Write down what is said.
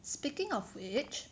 speaking of which